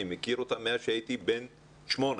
אני מכיר אותה מאז שהייתי בן שמונה,